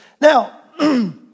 Now